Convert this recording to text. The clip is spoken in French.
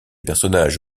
personnage